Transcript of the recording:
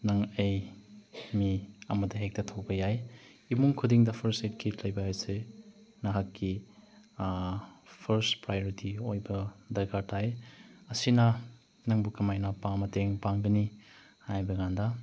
ꯅꯪ ꯑꯩ ꯃꯤ ꯑꯃꯗ ꯍꯦꯛꯇ ꯊꯣꯛꯄ ꯌꯥꯏ ꯏꯃꯨꯡ ꯈꯨꯗꯤꯡꯗ ꯐꯥꯔꯁ ꯑꯦꯠ ꯀꯤꯠ ꯂꯩꯕ ꯍꯥꯏꯁꯦ ꯅꯍꯥꯛꯀꯤ ꯐꯥꯔꯁ ꯄ꯭ꯔꯥꯏꯑꯣꯔꯤꯇꯤ ꯑꯣꯏꯕ ꯗ꯭ꯔꯀꯥꯔ ꯇꯥꯏ ꯑꯁꯤꯅ ꯅꯪꯕꯨ ꯀꯃꯥꯏꯅ ꯃꯇꯦꯡ ꯄꯥꯡꯒꯅꯤ ꯍꯥꯏꯕꯀꯥꯟꯗ